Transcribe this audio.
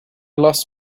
lost